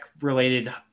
related